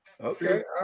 Okay